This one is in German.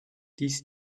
dies